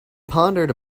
pondered